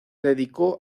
dedicó